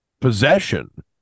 possession